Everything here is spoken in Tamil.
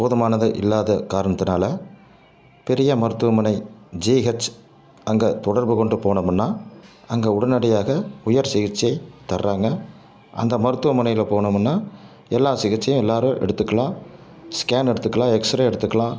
போதுமானது இல்லாத காரணத்தினால் பெரிய மருத்துவமனை ஜீஹெச் அங்கே தொடர்பு கொண்டு போனோமுன்னா அங்கே உடனடியாக உயர் சிகிச்சை தர்றாங்க அந்த மருத்துவனையில் போனோமுன்னா எல்லா சிகிச்சையும் எல்லோரும் எடுத்துக்கலாம் ஸ்கேன் எடுத்துக்கலாம் எக்ஸ்ரே எடுத்துக்கலாம்